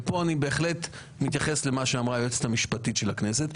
ופה אני בהחלט מתייחס למה שאמרה היועצת המשפטית של הכנסת,